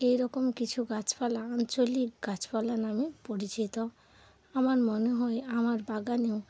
এইরকম কিছু গাছপালা আঞ্চলিক গাছপালা নামে পরিচিত আমার মনে হয় আমার বাগানেও